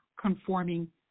conforming